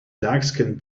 darkskinned